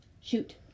shoot